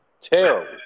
terrible